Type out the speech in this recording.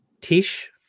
tish –